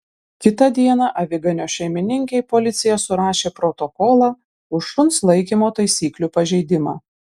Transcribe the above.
kitą dieną aviganio šeimininkei policija surašė protokolą už šuns laikymo taisyklių pažeidimą